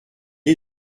est